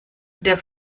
der